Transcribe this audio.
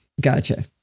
Gotcha